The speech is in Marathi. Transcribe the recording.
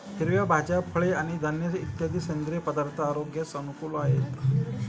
हिरव्या भाज्या, फळे आणि धान्य इत्यादी सेंद्रिय पदार्थ आरोग्यास अनुकूल आहेत